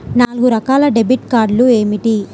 నాలుగు రకాల డెబిట్ కార్డులు ఏమిటి?